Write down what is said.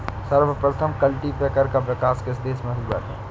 सर्वप्रथम कल्टीपैकर का विकास किस देश में हुआ था?